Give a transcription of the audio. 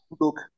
Look